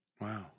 Wow